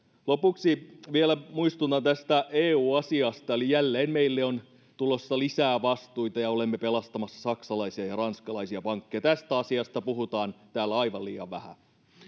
lopuksi vielä muistutan tästä eu asiasta eli jälleen meille on tulossa lisää vastuita ja olemme pelastamassa saksalaisia ja ranskalaisia pankkeja tästä asiasta puhutaan täällä aivan liian vähän